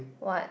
what